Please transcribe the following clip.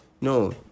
No